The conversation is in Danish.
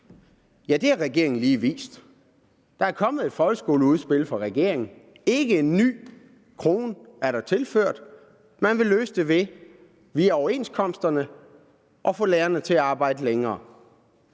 Ja, det har regeringen lige vist: Der er kommet et folkeskoleudspil fra regeringen, og ikke én ny krone er der tilført. Man vil løse det via overenskomsterne ved at få lærerne til at arbejde længere.